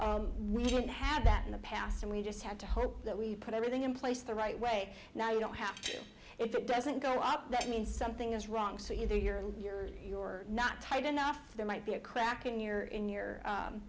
now we don't have that in the past and we just have to hope that we put everything in place the right way now you don't have to if it doesn't go up that means something is wrong so either you're in your you're not tight enough there might be a crack in your in your